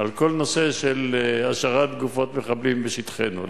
על כל נושא השארת גופות מחבלים בשטחנו.